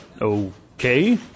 Okay